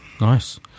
Nice